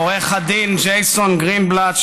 עורך הדין ג'ייסון גרינבלט,